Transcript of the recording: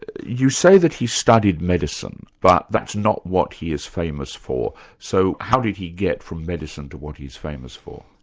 you say that he studied medicine, but that's not what he is famous for. for. so how did he get from medicine to what he's famous for?